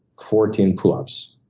fourteen pull-ups,